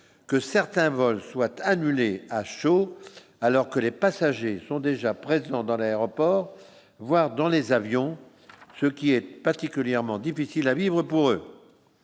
que certains vols soient annulés à chaud, alors que les passagers sont déjà présents dans l'aéroport, voir dans les avions, ce qui est particulièrement difficile à vivre pour eux